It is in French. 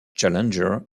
challenger